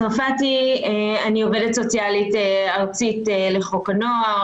--- אני עובדת סוציאלית ארצית לחוק הנוער,